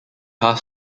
half